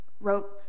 wrote